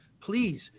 please